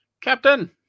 Captain